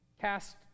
cast